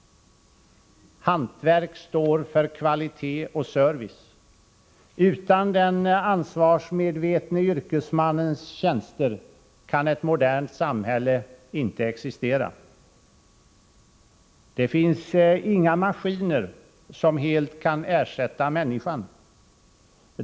Hantverk står för kvalitet och service. Utan den ansvarsmedvetne yrkesmannens tjänster kan ett modernt samhälle inte existera. Det finns inga maskiner som helt kan ersätta människan.